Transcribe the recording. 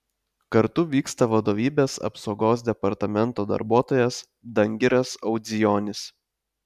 kartu vyksta vadovybės apsaugos departamento darbuotojas dangiras audzijonis